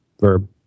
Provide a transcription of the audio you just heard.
verb